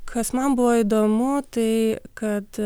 kas man buvo įdomu tai kad